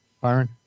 Byron